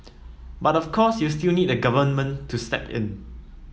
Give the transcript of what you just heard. but of course you'll still need the Government to step in